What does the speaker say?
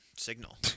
signal